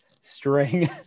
string